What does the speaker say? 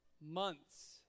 Months